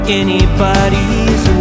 anybody's